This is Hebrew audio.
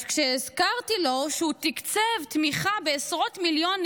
אז כשהזכרתי לו שהוא תקצב תמיכה בעשרות מיליונים